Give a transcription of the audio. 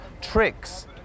tricks